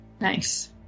Nice